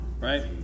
Right